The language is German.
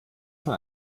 von